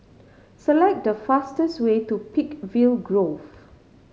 select the fastest way to Peakville Grove